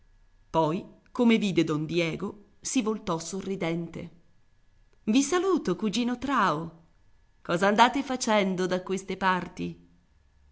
poi come vide don diego si voltò sorridente i saluto cugino trao cosa andate facendo da queste parti